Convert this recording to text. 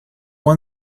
one